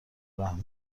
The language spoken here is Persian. رحم